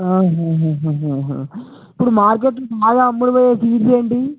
ఇప్పుడు మార్కెట్లో బాగా అమ్ముడుపోయే సీడ్స్ ఏంటివి